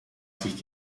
sich